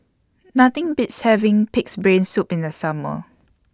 Nothing Beats having Pig'S Brain Soup in The Summer